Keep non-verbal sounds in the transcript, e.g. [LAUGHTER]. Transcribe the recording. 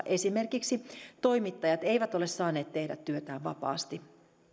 [UNINTELLIGIBLE] esimerkiksi toimittajat eivät ole saaneet tehdä työtään vapaasti